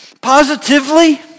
Positively